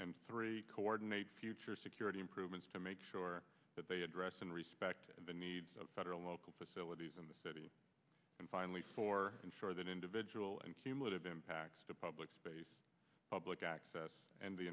and three coordinate future security improvements to make sure that they address and respect the needs of federal local facilities in the city and finally for ensure that individual and cumulative impacts to public space public access and the